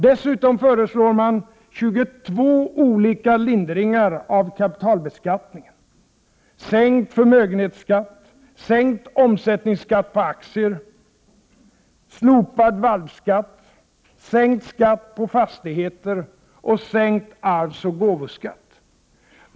Dessutom föreslår man 22 olika lindringar av kapitalbeskattningen — sänkt förmögenhetsskatt, sänkt omsättningsskatt på aktier, slopad ”valpskatt”, sänkt skatt på fastigheter och sänkt arvsoch gåvoskatt.